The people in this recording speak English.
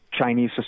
Chinese